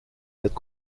cette